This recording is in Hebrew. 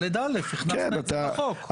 8ד(א) הכנסנו את זה לחוק, זה קיים בחוק.